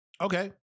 Okay